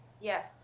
yes